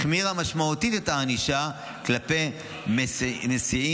החמירה משמעותית את הענישה כלפי מסיעים,